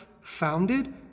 founded